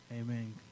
Amen